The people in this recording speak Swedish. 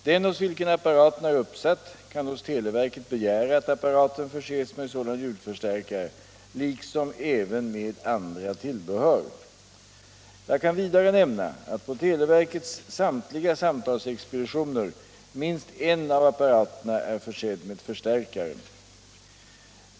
Den hos vilken apparaten är uppsatt kan hos televerket begära att apparaten förses med en sådan ljudförstärkare liksom även med andra tillbehör. Jag kan vidare nämna att på televerkets samtliga samtalsexpeditioner minst en av apparaterna är försedd med förstärkare.